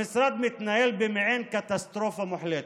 המשרד מתנהל במעין קטסטרופה מוחלטת.